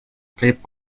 коеп